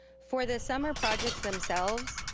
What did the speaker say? for the summer projects themselves,